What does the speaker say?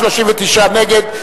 39 נגד,